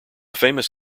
famous